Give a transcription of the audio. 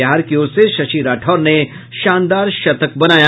बिहार की ओर से शशि राठौर ने शानदार शतक बनाया